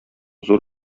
зур